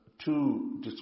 two